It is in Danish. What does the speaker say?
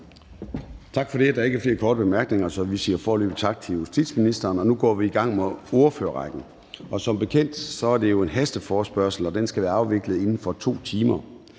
Tak for det. Der er ikke flere korte bemærkninger, så vi siger foreløbig tak til justitsministeren. Nu går vi i gang med ordførerrækken, og som bekendt er det jo en hasteforespørgsel, og den skal være afviklet inden for 2 timer.